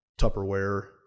Tupperware